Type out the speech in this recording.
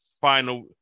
final